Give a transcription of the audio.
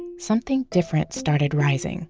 something different started rising